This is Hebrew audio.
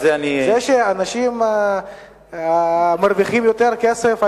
זה שאנשים מרוויחים יותר כסף,